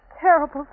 terrible